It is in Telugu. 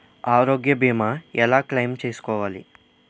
ఆరోగ్య భీమా ఎలా క్లైమ్ చేసుకోవాలి?